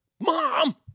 Mom